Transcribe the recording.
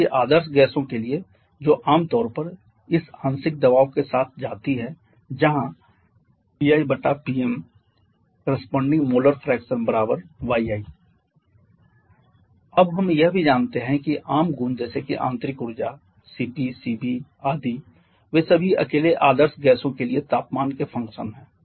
जबकि आदर्श गैसों के लिए जो आम तौर पर इस आंशिक दबाव के साथ जाती हैं जहां PiPmcorresponding molar fraction yi अब हम यह भी जानते हैं कि आम गुण जैसे कि आंतरिक ऊर्जा Cp Cv आदि वे सभी अकेले आदर्श गैसों के लिए तापमान के फंक्शन हैं